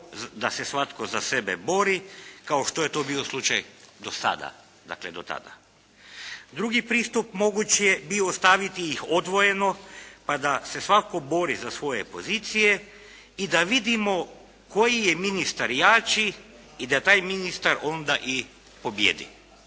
da se svatko za sebe bori kao što je to bio slučaj do sada, dakle do tada. Drugi pristup mogući je bio ostaviti ih odvojeno pa da se svatko bori za svoje pozicije i da vidimo koji je ministar jači i da taj ministar onda i pobijedi.